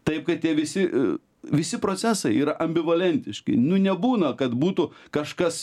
taip kad tie visi visi procesai yra ambivalentiški nu nebūna kad būtų kažkas